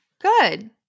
Good